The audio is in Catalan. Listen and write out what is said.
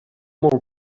molt